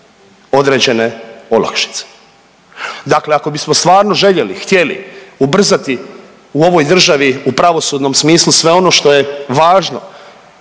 određene olakšice. Dakle ako bismo stvarno željeli, htjeli ubrzati u ovoj državi u pravosudnom smislu sve ono što je važno,